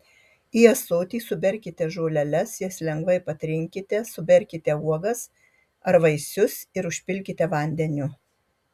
į ąsotį suberkite žoleles jas lengvai patrinkite suberkite uogas ar vaisius ir užpilkite vandeniu